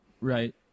Right